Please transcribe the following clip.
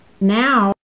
now